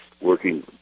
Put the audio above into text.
working